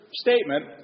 statement